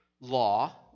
law